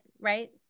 right